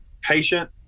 patient